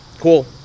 cool